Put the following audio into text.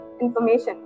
information